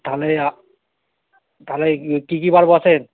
তাহলে তাহলে কী কী বার বসেন